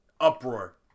uproar